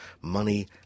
money